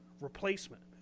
replacement